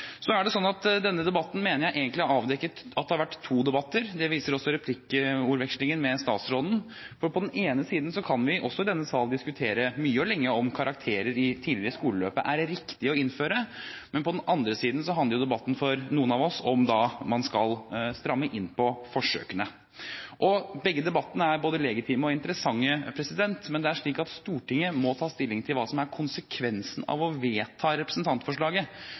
Denne debatten mener jeg egentlig avdekker at det har vært to debatter. Det viser også replikkordvekslingen med statsråden. For på den ene siden kan vi også i denne salen diskutere mye og lenge om det er riktig å innføre karakterer tidlig i skoleløpet. På den andre siden handler debatten for noen av oss om man skal stramme inn på forsøkene. Begge debattene er både legitime og interessante, men det er slik at Stortinget må ta stilling til hva som er konsekvensen av å vedta representantforslaget.